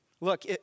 Look